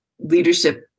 leadership